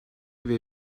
veya